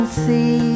see